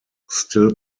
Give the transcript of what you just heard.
still